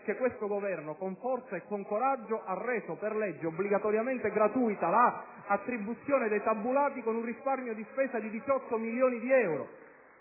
che questo Governo, con forza e con coraggio, ha reso per legge obbligatoriamente gratuita l'attribuzione dei tabulati, con un risparmio di spesa di 18 milioni di euro.